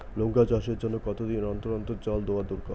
লঙ্কা চাষের জন্যে কতদিন অন্তর অন্তর জল দেওয়া দরকার?